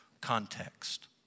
context